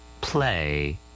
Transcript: play